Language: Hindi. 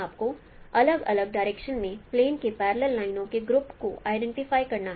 आपको अलग अलग डायरेक्शन में प्लेन के पैरलेल लाइनो के ग्रुप को आईडेंटिफाई करना है